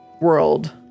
world